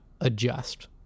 adjust